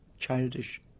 childish